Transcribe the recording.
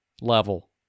level